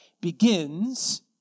begins